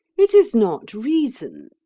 it is not reason.